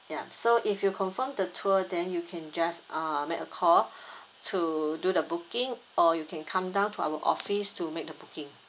ya so if you confirm the tour then you can just uh make a call to do the booking or you can come down to our office to make the booking